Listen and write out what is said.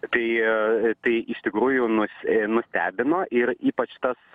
tai tai iš tikrųjų nus nustebino ir ypač tas